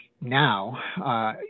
now